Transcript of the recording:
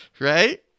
Right